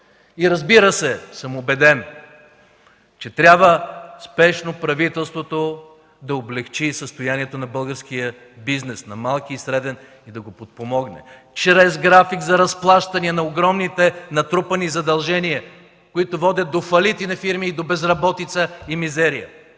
И, разбира се, съм убеден, че трябва спешно правителството да облекчи състоянието на българския бизнес, на малкия и средния бизнес да го подпомогне чрез график за разплащане на огромните натрупани задължения, които водят до фалити на фирми, до безработица и мизерия,